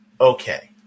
Okay